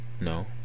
No